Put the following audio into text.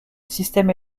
système